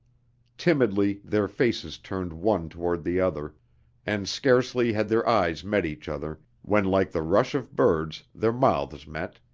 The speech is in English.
timidly their faces turned one toward the other and scarcely had their eyes met each other, when like the rush of birds their mouths met,